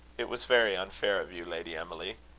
it was very unfair of you, lady emily.